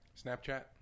Snapchat